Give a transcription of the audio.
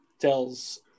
tells